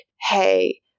hey